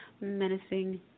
menacing